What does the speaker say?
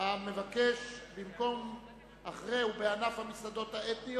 קבוצת חד"ש וקבוצת האיחוד הלאומי מציעות,